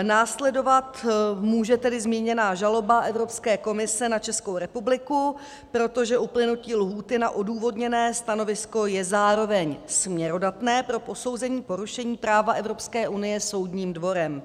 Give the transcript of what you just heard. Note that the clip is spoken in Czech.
Následovat může tedy zmíněná žaloba Evropské komise na Českou republiku, protože uplynutí lhůty na odůvodněné stanovisko je zároveň směrodatné pro posouzení porušení práva Evropské unie soudním dvorem.